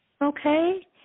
okay